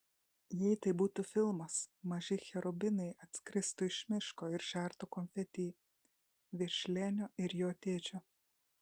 jei tai būtų filmas maži cherubinai atskristų iš miško ir žertų konfeti virš lenio ir jo tėčio